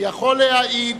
אני יכול להעיד